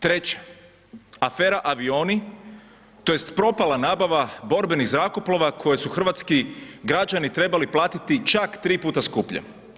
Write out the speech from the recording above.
Treće, afera avioni tj. propala nabava borbenih zrakoplova koje su hrvatski građani trebali platiti čak 3 puta skuplje.